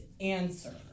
answer